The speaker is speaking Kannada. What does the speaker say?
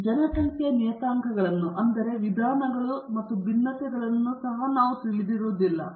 ಮತ್ತು ನಾವು ಜನಸಂಖ್ಯೆಯ ನಿಯತಾಂಕಗಳನ್ನು ಅಂದರೆ ವಿಧಾನಗಳು ಮತ್ತು ಭಿನ್ನತೆಗಳನ್ನು ಸಹ ತಿಳಿದಿಲ್ಲ